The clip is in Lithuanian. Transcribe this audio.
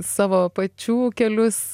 savo pačių kelius